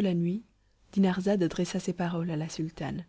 la nuit suivante dinarzade adressa ces paroles à la sultane